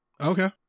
Okay